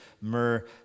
myrrh